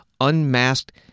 unmasked